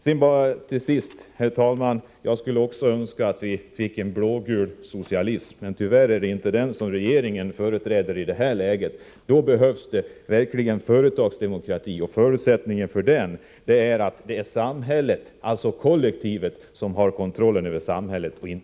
Herr talman! Till sist skulle jag också önska att vi fick en blågul socialism, men tyvärr är det inte en sådan som regeringen företräder i detta läge. För att åstadkomma det behövs företagsdemokrati. Förutsättningen för en sådan är att samhället, alltså kollektivet, och inte några få har kontrollen över samhället.